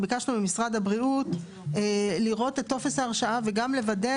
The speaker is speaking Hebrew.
ביקשנו ממשרד הבריאות לראות את טופס ההרשאה וגם לוודא